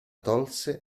tolse